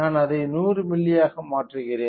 நான் அதை 100 மில்லியாக மாற்றுகிறேன்